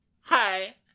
hi